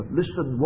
listen